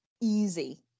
easy